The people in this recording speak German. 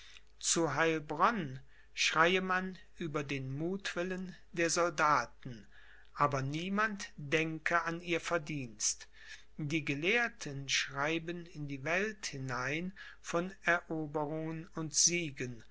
zu heilbronn schreie man über den muthwillen der soldaten aber niemand denke an ihr verdienst die gelehrten schreiben in die welt hinein von eroberungen und siegen